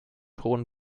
hohen